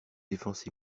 défenses